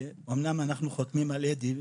אמנם אנחנו חותמים על אדי,